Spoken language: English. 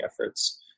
efforts